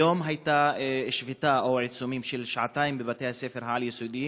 היום הייתה שביתה או עיצומים של שעתיים בבתי-הספר העל-יסודיים,